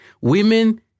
Women